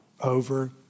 over